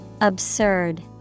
Absurd